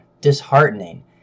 disheartening